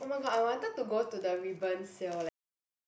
oh my god I wanted to go to the Reebonz sale leh